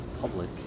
public